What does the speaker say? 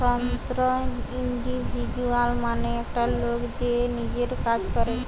স্বতন্ত্র ইন্ডিভিজুয়াল মানে একটা লোক যে নিজের কাজ করে